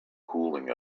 cooling